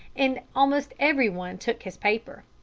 and almost every one took his paper.